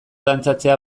dantzatzea